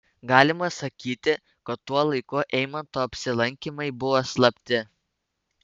galima sakyti kad tuo laiku eimanto apsilankymai buvo slapti